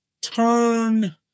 turn